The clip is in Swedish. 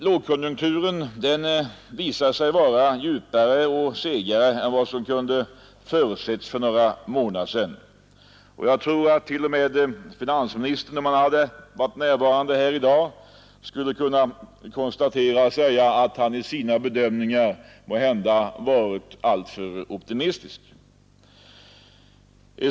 Lågkonjunkturen visade sig vara djupare och segare än vad som kunde ha förutsetts för några månader sedan. Jag tror att t.o.m. finansministern, om han hade varit närvarande här i dag, skulle ha kunnat konstatera att han i sina bedömningar måhända varit alltför optimistisk.